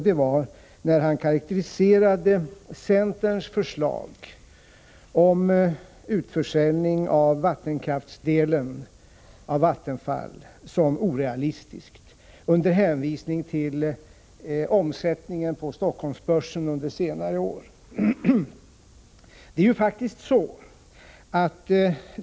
Det var när han karakteriserade centerns förslag om en utförsäljning av vattenkraftsdelen av Vattenfall som orealistiskt under hänvisning till omsättningen på Stockholmsbörsen under senare år.